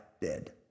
dead